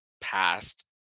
past